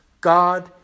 God